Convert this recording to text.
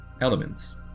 elements